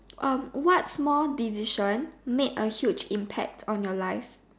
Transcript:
um what small decision made a huge impact on your life